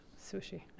sushi